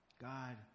God